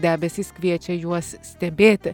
debesys kviečia juos stebėti